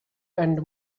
and